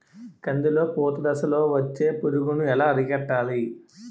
కందిలో పూత దశలో వచ్చే పురుగును ఎలా అరికట్టాలి?